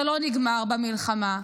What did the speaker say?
זה לא נגמר במלחמה,